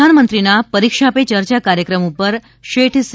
પ્રધાનમંત્રીના પરીક્ષા પે ચર્ચા કાર્યક્રમ ઉપર શેઠ સી